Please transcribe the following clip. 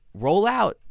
rollout